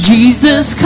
Jesus